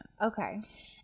Okay